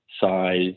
size